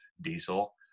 diesel